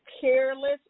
careless